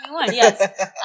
yes